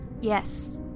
Yes